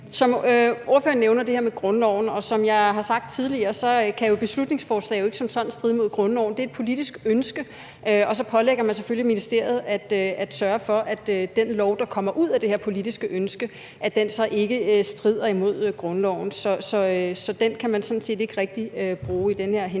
Ordføreren nævner det her med grundloven, og som jeg har sagt tidligere, kan et beslutningsforslag jo ikke som sådan stride mod grundloven. Det er udtryk for et politisk ønske, og så pålægger man selvfølgelig ministeriet at sørge for, at den lov, der kommer ud af det her politiske ønske, så ikke strider imod grundloven. Så den kan man sådan set ikke rigtig bruge i den her henseende.